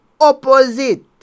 opposite